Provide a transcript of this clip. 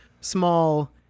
small